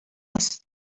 است